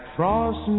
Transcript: Frost